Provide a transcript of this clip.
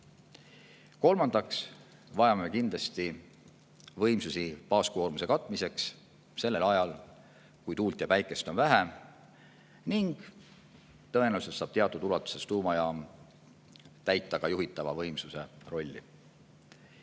Kolmandaks vajame kindlasti võimsusi baaskoormuse katmiseks sellel ajal, kui tuult ja päikest on vähe, ning tõenäoliselt saab teatud ulatuses tuumajaam täita ka juhitava võimsuse rolli.